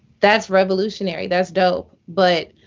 that's revolutionary. that's dope. but